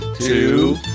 two